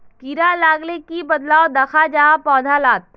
कीड़ा लगाले की बदलाव दखा जहा पौधा लात?